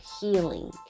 healing